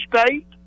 state